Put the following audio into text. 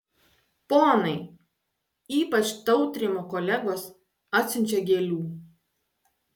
ponai ypač tautrimo kolegos atsiunčią gėlių